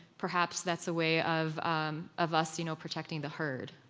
perhaps that's a way of um of us you know protecting the herd,